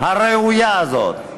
הראויה הזאת,